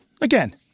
Again